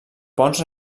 ponts